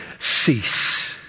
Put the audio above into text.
cease